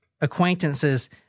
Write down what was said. acquaintances